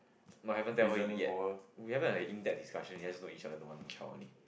no haven't tell her yet we haven't had a in depth discussion one child only